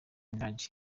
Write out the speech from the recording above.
minaj